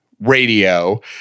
radio